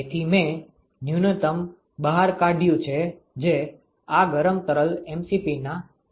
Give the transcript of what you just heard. તેથી મેં ન્યૂનત્તમ બહાર કાઢયું છે જે આ ગરમ તરલ mCpના કિસ્સામાં છે